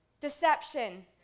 deception